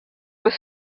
was